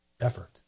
effort